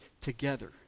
together